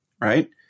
right